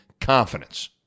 confidence